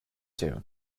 two